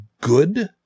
good